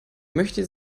möchte